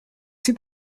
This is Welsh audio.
sydd